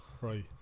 right